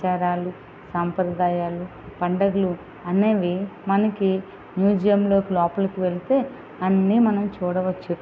ఆచారాలు సాంప్రదాయాలు పండుగలు అనేవి మనకి మ్యూజియంలోకి లోపలికి వెళితే అన్నీ మనం చూడవచ్చు